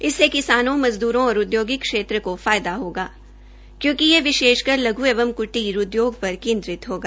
इससे किसानों मज़दूरों और औद्योगिक क्षेत्र को फायदा होगा क्योंकि यह विशेषकर लघ् एवं क्टीर उद्योग पर केन्द्रित होगा